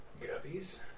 guppies